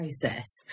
process